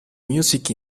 music